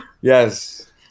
yes